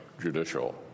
judicial